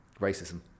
racism